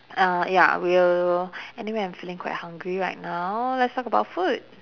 uh ya we'll anyway I'm feeling quite hungry right now let's talk about food